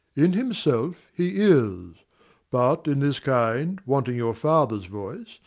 in himself he is but, in this kind, wanting your father's voice,